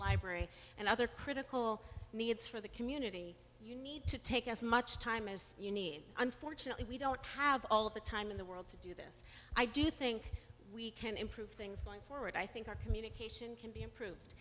library and other critical needs for the community you need to take as much time as you need unfortunately we don't have all of the time in the world to do this i do think we can improve things going for it i think our communication can be improved